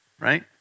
right